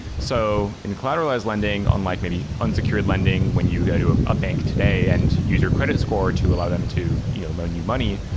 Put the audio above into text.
so in collateralized lending on like unsecured lending when you go to ah a bank today and use your credit score to allow them to you know loan you money,